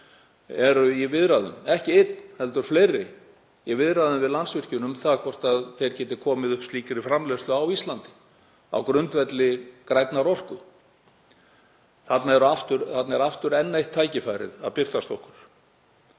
framtíðinni, ekki einn heldur fleiri, eru í viðræðum við Landsvirkjun um það hvort þeir geti komið upp slíkri framleiðslu á Íslandi á grundvelli grænnar orku. Þarna er aftur enn eitt tækifærið að birtast okkur.